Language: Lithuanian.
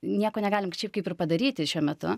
nieko negalim čia kaip ir padaryti šiuo metu